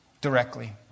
Directly